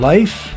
Life